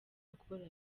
akora